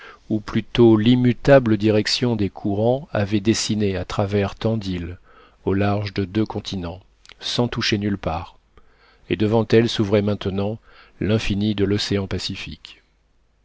ou plutôt l'immutable direction des courants avait dessinée à travers tant d'îles au large de deux continents sans toucher nulle part et devant elle s'ouvrait maintenant l'infini de l'océan pacifique